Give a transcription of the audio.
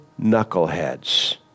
knuckleheads